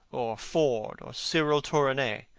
or ford, or cyril tourneur.